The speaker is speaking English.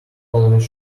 always